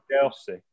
Chelsea